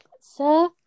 sir